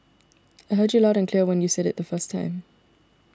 I heard you loud and clear when you said it the first time